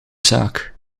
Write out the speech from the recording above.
zaak